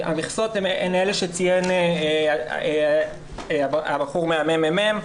המכסות הן אלה שציין הבחור מהממ"מ,